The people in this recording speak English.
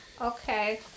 Okay